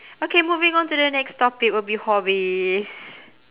okay moving on to the next topic will be hobbies